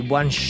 one